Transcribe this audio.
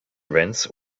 events